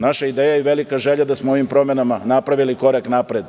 Naša ideja i velika želja je da smo ovim promenama napravili korak napred.